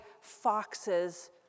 foxes